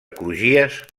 crugies